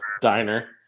diner